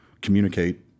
communicate